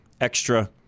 extra